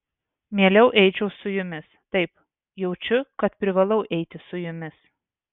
mieliau eičiau su jumis taip jaučiu kad privalau eiti su jumis